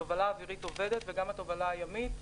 התובלה האווירית עובדת וגם התובלה הימית,